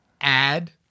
add